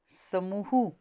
ਸਮੂਹ